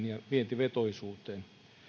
ja vientivetoisuuteen